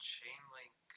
Chainlink